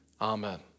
amen